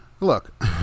look